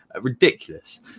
ridiculous